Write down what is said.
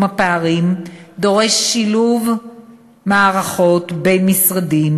הפערים דורש שילוב מערכות בין משרדים,